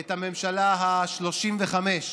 את הממשלה השלושים-וחמש.